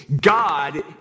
God